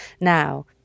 now